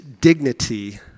dignity